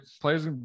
players